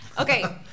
Okay